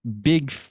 Big